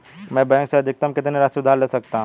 मैं बैंक से अधिकतम कितनी राशि उधार ले सकता हूँ?